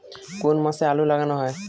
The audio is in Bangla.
কোন মাসে আলু লাগানো হয়?